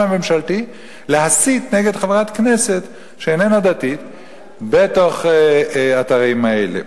הממשלתי להסית נגד חברת כנסת שאינה דתית בתוך האתרים האלה.